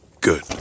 Good